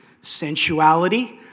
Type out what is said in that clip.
sensuality